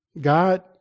God